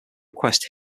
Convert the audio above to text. request